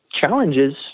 challenges